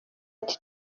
ati